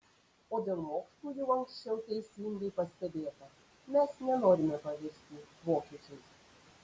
o dėl mokslų jau anksčiau teisingai pastebėta mes nenorime pavirsti vokiečiais